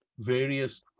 various